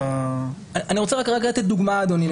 אני רוצה לתת דוגמה אדוני.